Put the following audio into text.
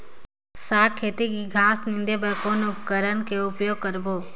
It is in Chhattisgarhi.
साग खेती के घास निंदे बर कौन उपकरण के उपयोग करबो?